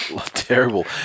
terrible